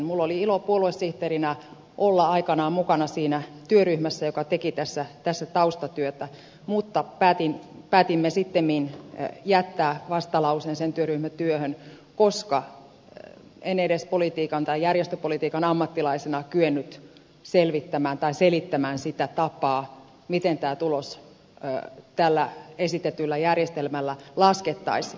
minulla oli ilo puoluesihteerinä olla aikanaan mukana siinä työryhmässä joka teki tässä taustatyötä mutta päätimme sittemmin jättää vastalauseen sen työryhmän työhön koska en edes politiikan tai järjestöpolitiikan ammattilaisena kyennyt selvittämään tai selittämään sitä tapaa miten tämä tulos tällä esitetyllä järjestelmällä laskettaisiin